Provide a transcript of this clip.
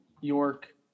York